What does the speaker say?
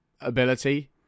ability